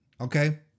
okay